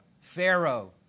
Pharaoh